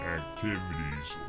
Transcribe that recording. activities